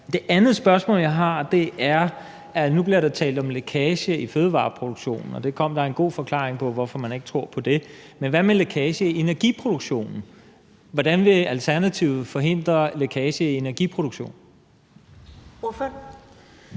Det andet spørgsmål, jeg har, handler om, at der nu bliver talt om lækage i fødevareproduktionen, og det kom der en god forklaring på hvorfor man ikke tror på. Men hvad med lækage i energiproduktionen? Hvordan vil Alternativet forhindre lækage i energiproduktionen? Kl.